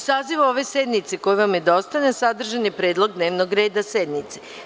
Saziv ove sednice, koji vam je dostavljen, sadržan je predlog dnevnog reda sednice.